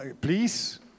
Please